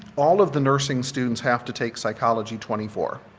all of the nursing students have to take psychology twenty four.